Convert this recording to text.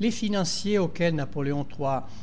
es financiers auxquels napoléon